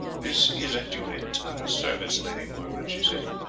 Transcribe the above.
this is at your entire service, lady margaret, she said.